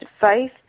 faith